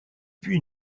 puis